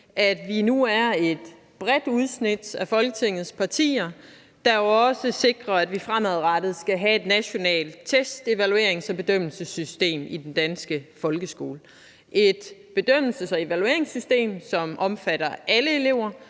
at vi nu er et bredt udsnit af Folketingets partier, der sikrer, at vi også fremadrettet skal have et nationalt test-, evaluerings- og bedømmelsessystem i den danske folkeskole. Det er et bedømmelses- og evalueringssystem, som omfatter alle elever,